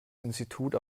institut